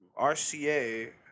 RCA